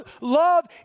Love